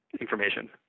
information